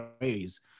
ways